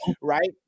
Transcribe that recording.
Right